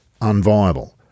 unviable